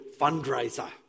fundraiser